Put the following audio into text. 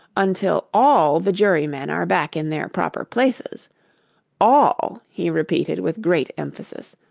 until all the jurymen are back in their proper places all he repeated with great emphasis,